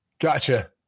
Gotcha